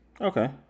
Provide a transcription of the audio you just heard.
Okay